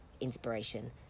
inspiration